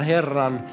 Herran